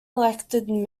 elected